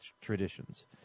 traditions